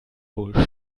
wohl